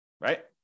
right